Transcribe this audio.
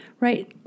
right